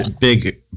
big